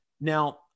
now